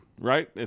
right